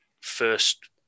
first